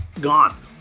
gone